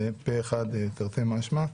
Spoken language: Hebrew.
זה פה אחד תרתי משמע.